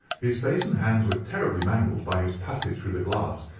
his face and hands were terribly mangled by his passage through the glass,